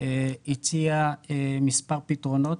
הציע מספר פתרונות.